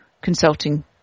consulting